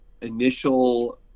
initial